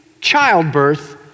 childbirth